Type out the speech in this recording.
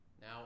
now